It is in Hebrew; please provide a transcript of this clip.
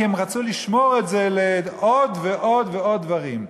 כי הם רצו לשמור את זה לעוד ועוד ועוד דברים,